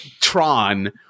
Tron